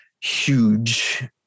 huge